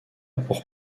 pour